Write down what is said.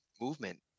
movement